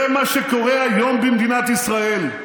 זה מה שקורה היום במדינת ישראל.